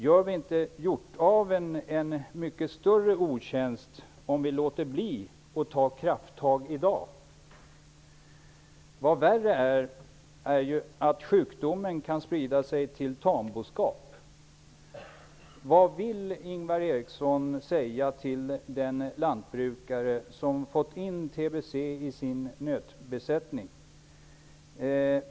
Gör vi inte hjortaveln en mycket större otjänst om vi låter bli att ta krafttag i dag? Än värre är att sjukdomen kan sprida sig till tamboskap. Vad skulle Ingvar Eriksson säga till den lantbrukare som fått tbc i sin nötbesättning?